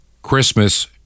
Christmas